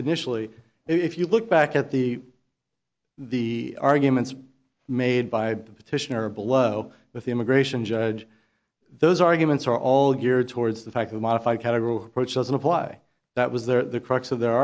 initially if you look back at the the arguments made by the petitioner below with the immigration judge those arguments are all geared towards the fact that modify carol approach doesn't apply that was there the crux of their